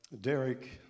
Derek